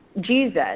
Jesus